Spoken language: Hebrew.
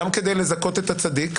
גם כדי לזכות את הצדיק,